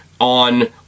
on